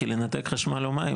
כי לנתק חשמל או מים,